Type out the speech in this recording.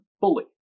fully